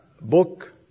book